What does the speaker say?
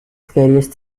scariest